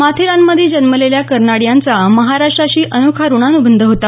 माथेरानमध्ये जन्मलेल्या कर्नाड यांचा महाराष्ट्राशी अनोखा ऋणानुबंध होता